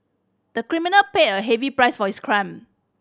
the criminal paid a heavy price for his crime